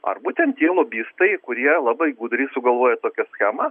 ar būtent tie lobistai kurie labai gudriai sugalvojo tokią schemą